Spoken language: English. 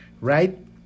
right